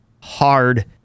hard